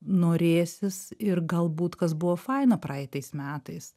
norėsis ir galbūt kas buvo faina praeitais metais